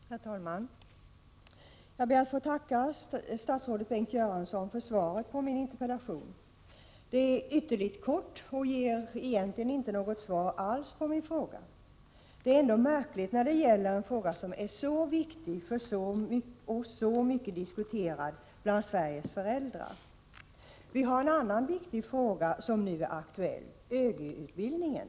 Herr talman! Jag ber att få tacka statsrådet Bengt Göransson för svaret på min interpellation. Svaret är ytterligt kort och ger egentligen inte något svar alls på min interpellation, vilket är märkligt när det gäller en fråga som är så viktig och så diskuterad bland Sveriges föräldrar. En annan viktig fråga som nu är aktuell gäller ÖGY-utbildningen.